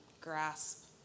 grasp